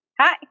Hi